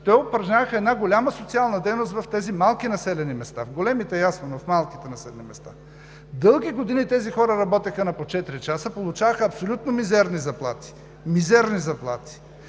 Те упражняваха една голяма социална дейност в тези малки населени места. В големите е ясно, но в малките населени места?! Дълги години тези хора работеха на четири часа, получаваха абсолютно мизерни заплати. Мизерни заплати!